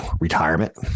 retirement